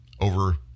over